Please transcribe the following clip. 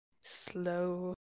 slow